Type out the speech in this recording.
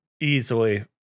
easily